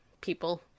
People